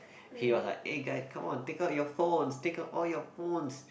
he was like eh guys come on take out your phones take out all your phones